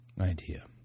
idea